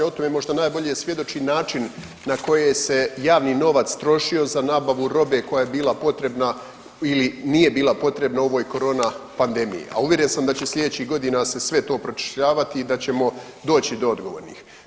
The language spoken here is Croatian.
O tome možda najbolje svjedoči način na koje se javni novac trošio za nabavu robe koja je bila potrebna ili nije bila potrebna u ovoj korona pandemiji, a uvjeren sam da će slijedećih godina se sve to pročešljavati i da ćemo doći do odgovornih.